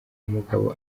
mugabo